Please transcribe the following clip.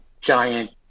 giant